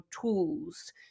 tools